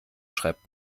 schreibt